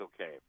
okay